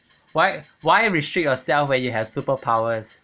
why why restrict yourself when you have superpowers